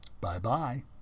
Bye-bye